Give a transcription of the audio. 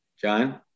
John